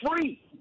free